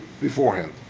beforehand